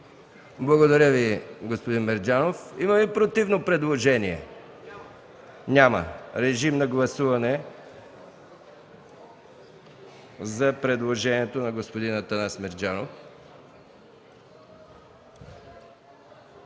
Благодаря Ви, господин Мерджанов. Има ли противно предложение? Няма. Режим на гласуване предложението на господин Атанас Мерджанов.